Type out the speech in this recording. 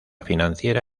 financiera